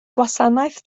gwasanaeth